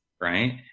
right